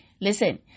listen